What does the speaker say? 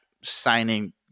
signing